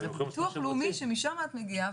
ביטוח לאומי שמשם את מגיעה,